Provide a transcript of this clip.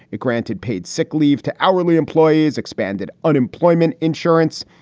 it granted paid sick leave to hourly employees, expanded unemployment insurance.